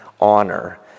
honor